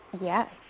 Yes